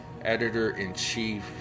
Editor-in-Chief